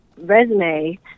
resume